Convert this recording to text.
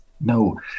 No